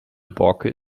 borke